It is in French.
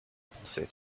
penser